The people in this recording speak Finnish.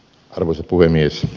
arvoisa puhemies